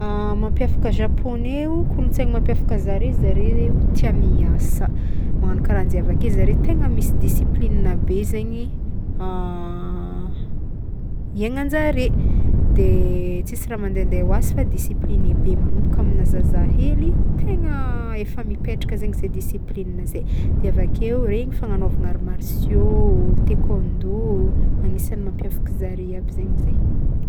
Mampiavaky japoney o kolontsaigny mampiavaky zare, zare tia miasa magnagno karahanje avake zare tegna misy discipline be zegny iaignanjare de tsisy raha mandehandeha ho azy fa discipliné be magnomboka amina zazahely tegna efa mipetraka zegny zay discipline zay de avakeo regny fagnagnaovagna arts martiaux, taekwondo anisany mampiavaky zare aby zegny zay.